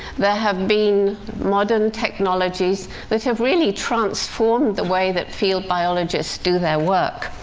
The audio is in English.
there have been modern technologies that have really transformed the way that field biologists do their work.